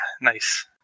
nice